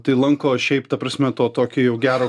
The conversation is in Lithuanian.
tai lanko šiaip ta prasme to tokio jau gero